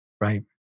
Right